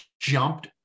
jumped